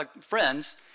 friends